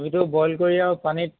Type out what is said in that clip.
আমিটো বইল কৰি আৰু পানীত